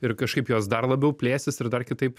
ir kažkaip juos dar labiau plėsis ir dar kitaip